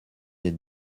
êtes